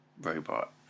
robot